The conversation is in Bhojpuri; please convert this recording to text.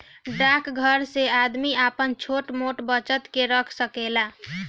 डाकघर बैंक से आदमी आपन छोट मोट बचत के रख सकेला